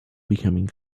becoming